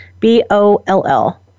B-O-L-L